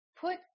put